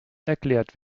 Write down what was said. erklärt